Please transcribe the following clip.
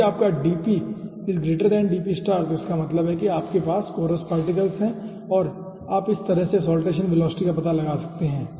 यदि आपका है तो इसका मतलब है कि आपके पास कोरेस पार्टिकल हैं तो आप इस तरह से साल्टेसन वेलोसिटी का पता लगा सकते हैं